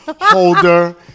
holder